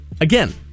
Again